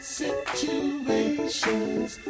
situations